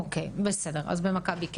אוקי, אז במכבי כן.